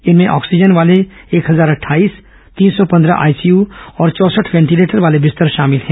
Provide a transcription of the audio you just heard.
इनमें ऑक्सीजन वाले एक हजार अट्ठाईस तीन सौ पन्दह आईसीयू और चौसठ वेंटिलेटर वाले बिस्तर भी शामिल हैं